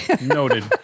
Noted